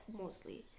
mostly